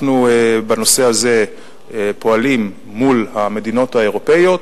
אנחנו פועלים בנושא הזה מול המדינות האירופיות.